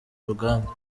urugamba